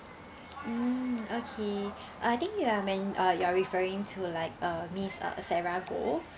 mm okay uh I think you are men~ uh you're referring to like uh miss uh sarah goh